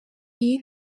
iyi